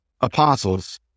apostles